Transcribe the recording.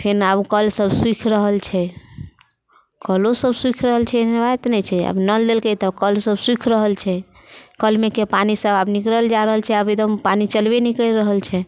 फेन आब कल सब सूखि रहल छै कलो सब सूखि रहल छै एहन बात नहि छै आब नल देलकै तऽ कल सब सूखि रहल छै कलमेके पानि सब आब निकलल जा रहल छै आब एकदम पानि चलबे नहि करि रहल छै